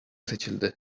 seçildi